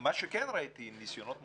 מה שכן ראיתי ניסיונות מוצלחים,